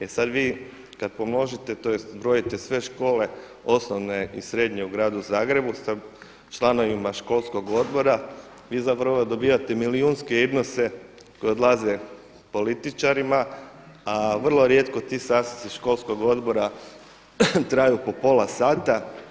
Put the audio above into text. E sada vi kada pomnožite tj. zbrojite sve škole osnovne i srednje u Gradu Zagrebu sa članovima školskog odbora vi zapravo dobivate milijunske iznose koji odlaze političarima, a vrlo rijetko ti sastanci školskih odbora traju po pola sata.